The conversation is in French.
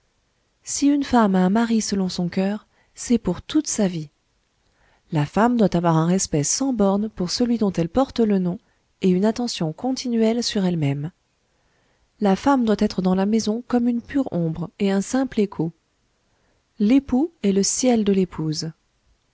si une femme a un mari selon son coeur c'est pour toute sa vie la femme doit avoir un respect sans bornes pour celui dont elle porte le nom et une attention continuelle sur elle-même la femme doit être dans la maison comme une pure ombre et un simple écho l'époux est le ciel de l'épouse